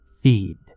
Feed